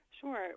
Sure